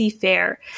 Fair